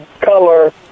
color